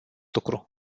lucru